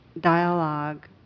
dialogue